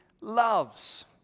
loves